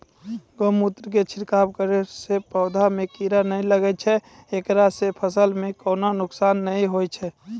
गोमुत्र के छिड़काव करला से पौधा मे कीड़ा नैय लागै छै ऐकरा से फसल मे कोनो नुकसान नैय होय छै?